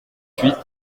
huit